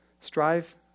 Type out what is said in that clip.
Strive